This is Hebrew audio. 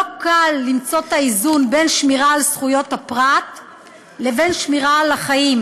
לא קל למצוא את האיזון בין שמירה על זכויות הפרט לבין שמירה על החיים.